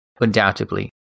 undoubtedly